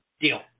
Deal